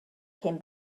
came